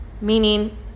meaning